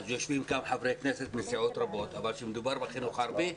יושבים כאן חברי כנסת רבות אבל כאשר מדובר בחינוך הערבי,